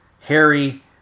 Harry